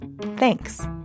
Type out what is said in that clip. Thanks